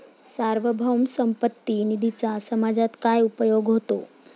सार्वभौम संपत्ती निधीचा समाजात काय उपयोग होतो?